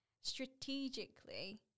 strategically